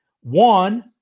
One